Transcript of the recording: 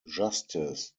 justice